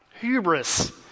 hubris